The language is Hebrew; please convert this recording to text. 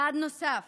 צעד נוסף